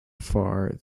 far